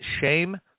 Shame